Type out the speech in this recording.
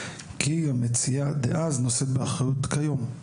כי המציעה דאז נושאת באחריות כיום.